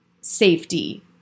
safety